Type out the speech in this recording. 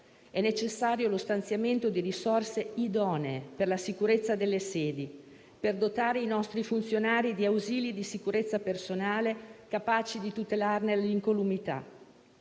È necessario stanziare risorse idonee per la sicurezza delle sedi, per dotare i nostri funzionari di ausili di sicurezza personale capaci di tutelarne l'incolumità